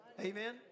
Amen